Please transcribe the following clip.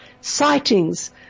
sightings